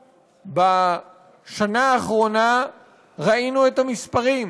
בשנה האחרונה ראינו את המספרים: